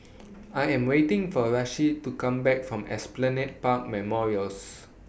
I Am waiting For Rasheed to Come Back from Esplanade Park Memorials